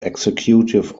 executive